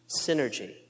synergy